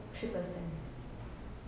three percent